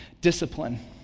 discipline